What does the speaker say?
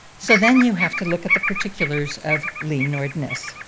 so then you have to look at the particulars of lee nordness.